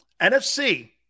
NFC